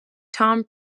tom